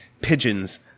pigeons